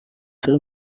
داره